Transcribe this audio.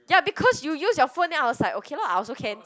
ya because you use your phone then I was like okay lor I also can